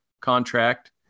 contract